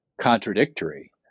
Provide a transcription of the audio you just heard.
contradictory